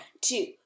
two